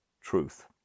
truth